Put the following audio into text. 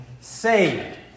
saved